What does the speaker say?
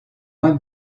moins